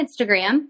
Instagram